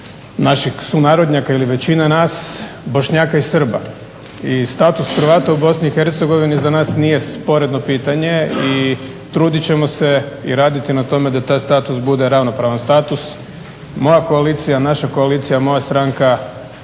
naših sunarodnjaka ili većina nas, Bošnjaka i Srba. I status Hrvata u BiH za nas nije sporedno pitanje i trudit ćemo se i raditi na tome da taj status bude ravnopravan status. Moja koalicija, naša koalicija, moja stranka